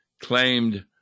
claimed